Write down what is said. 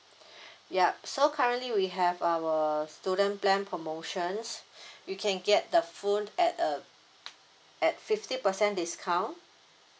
yup so currently we have our student plan promotions you can get the phone at uh at fifty percent discount